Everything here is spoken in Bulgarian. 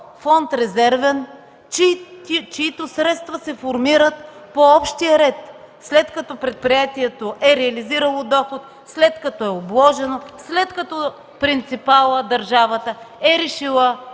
фонд „Резервен”, чиито средства се формират по общия ред: след като предприятието е реализирало доход, той е обложен, принципалът – държавата, е решила